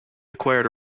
acquired